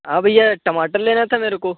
हाँ भैया टमाटर लेना था मेरे को